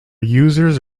users